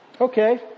Okay